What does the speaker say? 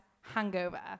hangover